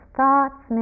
thoughts